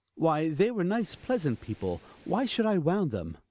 why, they were nice, pleasant people why should i wound them?